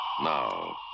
Now